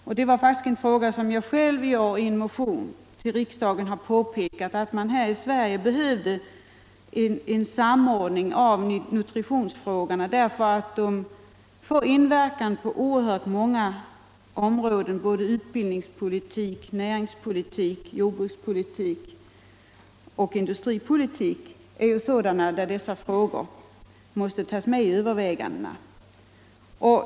Jag har faktiskt själv i en motion till årets riksdag påpekat att man här i Sverige behöver en samordning av nutritionsfrågorna, eftersom de rör många områden: utbildningspolitik, näringspolitik, jordbrukspolitik och industripolitik. På alla dessa områden måste nutritionsfrågorna tas med i övervägandena.